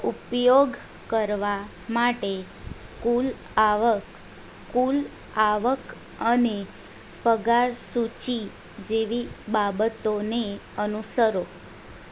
ઉપયોગ કરવા માટે કુલ આવક કુલ આવક અને પગાર સૂચિ જેવી બાબતોને અનુસરો